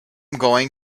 going